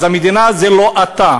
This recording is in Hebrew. אז המדינה היא לא אתה,